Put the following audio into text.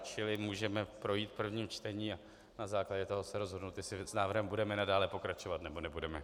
Čili můžeme projít prvním čtením a na základě toho se rozhodnout, jestli s návrhem budeme pokračovat, nebo nebudeme.